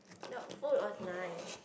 no food was nice